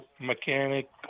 mechanic